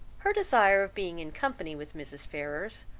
her desire of being in company with mrs. ferrars,